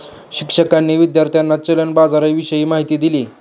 शिक्षकांनी विद्यार्थ्यांना चलन बाजाराविषयी माहिती दिली